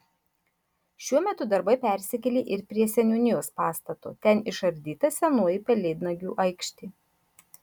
šiuo metu darbai persikėlė ir prie seniūnijos pastato ten išardyta senoji pelėdnagių aikštė